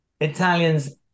Italians